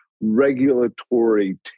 regulatory